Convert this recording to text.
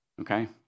okay